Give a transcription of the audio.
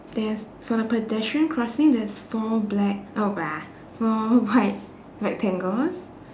there's for the pedestrian crossing there's four black oh four white rectangles